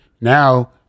now –